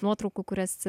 nuotraukų kurias